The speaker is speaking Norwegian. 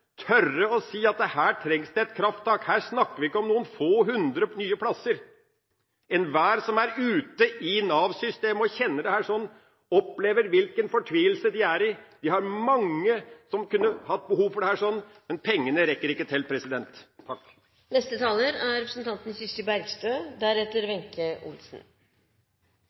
trengs det et krafttak. Her snakker vi ikke om noen få hundre nye plasser. Enhver som er i Nav-systemet og kjenner til dette, opplever hvilken fortvilelse det er. Det er mange som kunne hatt behov for dette, men pengene strekker ikke til. Jeg vil rose representanten